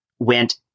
Went